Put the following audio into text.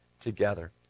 together